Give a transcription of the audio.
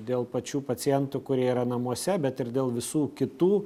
dėl pačių pacientų kurie yra namuose bet ir dėl visų kitų